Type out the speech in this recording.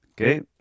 Okay